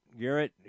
Garrett